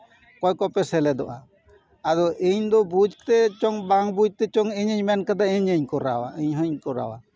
ᱚᱠᱚᱭ ᱠᱚᱯᱮ ᱥᱮᱞᱮᱫᱚᱜᱼᱟ ᱟᱫᱚ ᱤᱧ ᱫᱚ ᱵᱩᱡᱽ ᱛᱮᱪᱚᱝ ᱵᱟᱝ ᱵᱩᱡᱽ ᱛᱮ ᱤᱧᱤᱧ ᱢᱮᱱ ᱠᱟᱫᱟ ᱤᱧᱤᱧ ᱠᱚᱨᱟᱣᱟ ᱤᱧ ᱦᱚᱧ ᱠᱚᱨᱟᱣᱟ